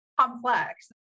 complex